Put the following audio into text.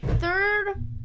third